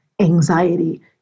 anxiety